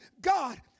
God